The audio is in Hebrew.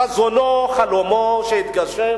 חזונו, חלומו, התגשם